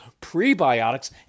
prebiotics